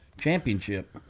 championship